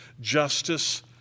justice